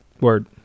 word